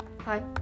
Hi